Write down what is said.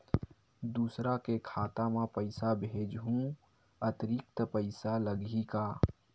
दूसरा के खाता म पईसा भेजहूँ अतिरिक्त पईसा लगही का?